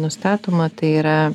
nustatoma tai yra